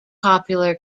popular